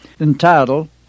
entitled